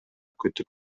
күтүп